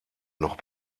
noch